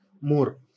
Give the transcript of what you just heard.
more